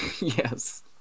Yes